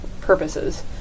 purposes